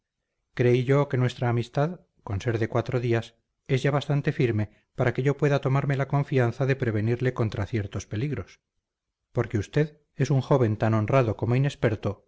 creí yo que nuestra amistad con ser de cuatro días es ya bastante firme para que yo pueda tomarme la confianza de prevenirle contra ciertos peligros porque usted es un joven tan honrado como inexperto